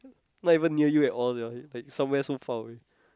not even near you at all sia like somewhere so faraway